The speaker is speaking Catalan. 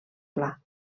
pla